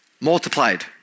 Multiplied